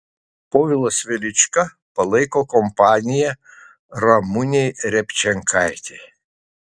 povilas velička palaiko kompaniją ramunei repčenkaitei